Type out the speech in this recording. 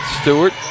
Stewart